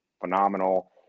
phenomenal